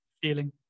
feeling